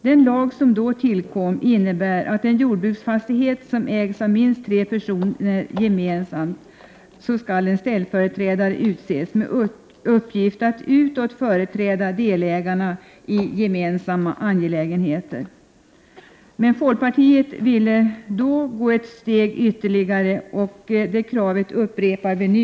Den lag som då tillkom innebär att om en jordbruksfastighet gemensamt ägs av minst tre personer skall en ställföreträdare utses med uppgift att utåt företräda delägarna i gemensamma angelägenheter. Men folkpartiet ville då gå ytterligare ett steg, och folkpartiet upprepar nu sitt krav.